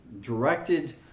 directed